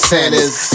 Santas